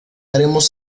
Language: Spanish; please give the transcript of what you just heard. haremos